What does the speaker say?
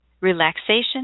relaxation